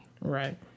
Right